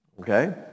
Okay